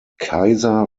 kaiser